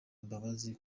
imbabazi